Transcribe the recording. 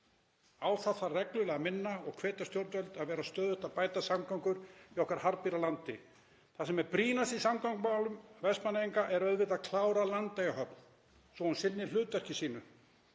Á það þarf reglulega að minna og hvetja stjórnvöld að vera stöðugt að bæta samgöngur í okkar harðbýla landi. Það sem er brýnast í samgöngumálum Vestmannaeyinga er auðvitað að klára Landeyjahöfn svo að hún sinni hlutverki sínu.